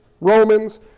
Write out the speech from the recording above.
Romans